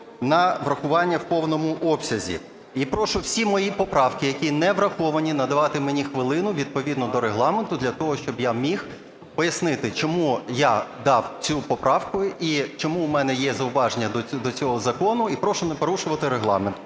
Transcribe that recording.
на врахування в повному обсязі. І прошу всі мої поправки, які не враховані, надавати мені хвилину, відповідно до Регламенту, для того, щоб я міг пояснити, чому я дав цю поправку і чому в мене є зауваження до цього закону. І прошу не порушувати Регламент.